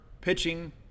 pitching